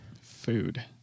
Food